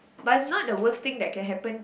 but is not the worst thing that can happen